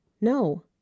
No